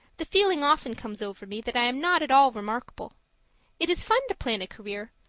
the feeling often comes over me that i am not at all remarkable it is fun to plan a career,